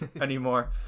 anymore